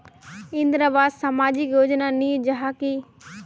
इंदरावास सामाजिक योजना नी जाहा की?